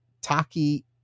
Taki